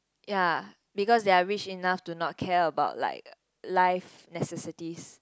ya because they're rich enough to not care about like life necessities